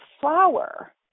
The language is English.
flower